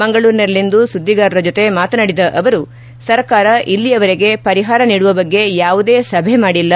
ಮಂಗಳೂರಿನಲ್ಲಿಂದು ಸುದ್ದಿಗಾರರ ಜೊತೆ ಮಾತನಾಡಿದ ಅವರು ಸರ್ಕಾರ ಇಲ್ಲಿಯವರೆಗೆ ಪರಿಹಾರ ನೀಡುವ ಬಗ್ಗೆ ಯಾವುದೆ ಸಭೆ ಮಾಡಿಲ್ಲ